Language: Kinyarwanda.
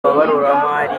ababaruramari